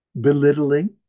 belittling